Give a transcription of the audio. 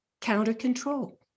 counter-control